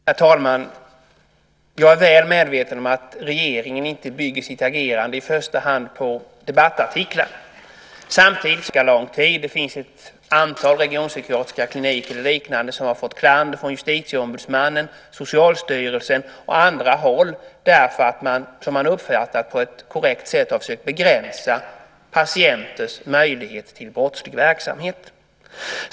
Herr talman! Jag är väl medveten om att regeringen inte i första hand bygger sitt agerande på debattartiklar. Samtidigt är detta en fråga som har varit känd under ganska lång tid. Det finns ett antal regionpsykiatriska kliniker och liknande som har fått klander från Justitieombudsmannen, från Socialstyrelsen och från andra håll därför att de - på vad man har uppfattat som ett korrekt sätt - har försökt begränsa patienters möjligheter till brottslig verksamhet.